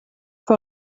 vor